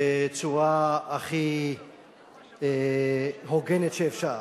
בצורה הכי הוגנת שאפשר,